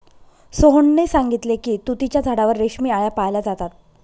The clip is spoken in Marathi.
सोहनने सांगितले की तुतीच्या झाडावर रेशमी आळया पाळल्या जातात